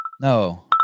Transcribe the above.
No